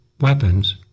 weapons